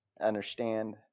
understand